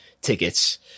tickets